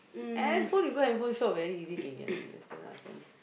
handphone you go handphone shop very easy can get one just go ask them